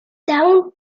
dawn